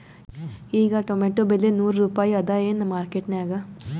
ಈಗಾ ಟೊಮೇಟೊ ಬೆಲೆ ನೂರು ರೂಪಾಯಿ ಅದಾಯೇನ ಮಾರಕೆಟನ್ಯಾಗ?